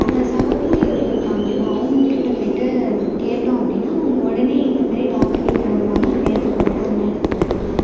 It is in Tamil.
அங்கே சக ஊழியர்கள் இருக்காங்கள்ல அவங்கக்கிட்ட போயிட்டு நம்ப கேட்டோம் அப்படின்னா அவங்க உடனே இந்த மாரி டாக்டரு இப்போ வருவாங்க அந்த நேரத்துக்கு வருவாங்க அந்த நேரத்துக்கு போவாங்க